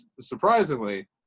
surprisingly